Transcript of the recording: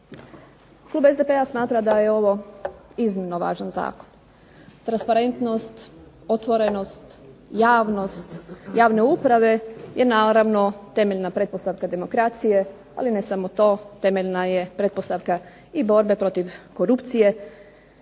Klub SDP-a smatra da je ovo iznimno važan zakon. Transparentnost, otvorenost, javnost javne uprave je naravno temeljna pretpostavka demokracije ali ne samo to temeljna je pretpostavka i borbe protiv korupcije.